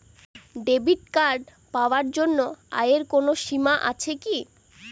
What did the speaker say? Debit card পাওয়ার জন্য আয়ের কোনো সীমা আছে কি?